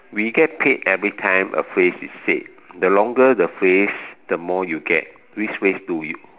when you get paid every time a phrase is said the longer the phrase the more you get which phrase do you